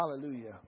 Hallelujah